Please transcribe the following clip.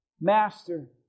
Master